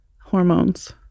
hormones